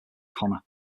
conner